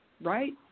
Right